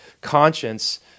conscience